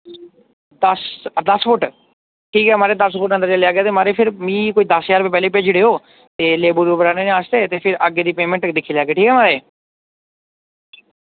दस्स दस्स फुट्ट ठीक ऐ म्हाराज दस्स फुट्ट अंदर लेई लैगे ते भी म्हाराज दस्स ज्हार भेजी ओड़ेओ लेबर आह्नने आस्तै ते अग्गें दी पेमेंट दिक्खी लैगे